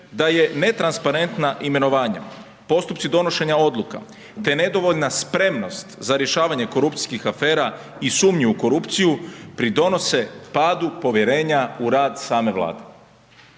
da je netransparentna imenovanja, postupci donošenja odluka, te nedovoljna spremnost za rješavanje korupcijskih afera i sumnju u korupciju pridonose padu povjerenja u rad same vlade.